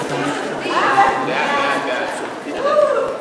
חוק בתי-המשפט (תיקון,